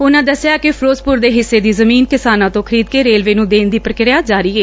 ਉਨੂਂ ਦਸਿਆ ਕਿ ਫਿਰੋਜ਼ਪੁਰ ਦੇ ਹਿੱਸੇ ਦੀ ਜ਼ਮੀਨ ਕਿਸਾਨਾਂ ਤੋਂ ਖਰੀਦ ਕੇ ਰੇਲਵੇ ਨੂੰ ਦੇਣ ਦੀ ਪ੍ਰੀਕ੍ਿਆ ਜਾਰੀ ਏ